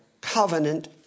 covenant